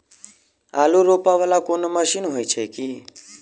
आलु रोपा वला कोनो मशीन हो छैय की?